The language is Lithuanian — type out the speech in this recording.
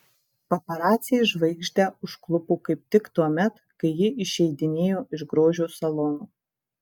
paparaciai žvaigždę užklupo kaip tik tuomet kai ji išeidinėjo iš grožio salono